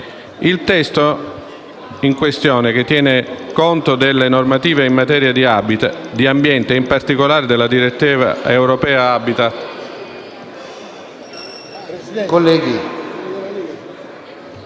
Il testo in questione, che tiene conto delle normative in materia di ambiente e in particolare della direttiva europea